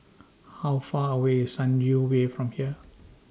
How Far away IS Sunview Way from here